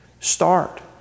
Start